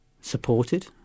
supported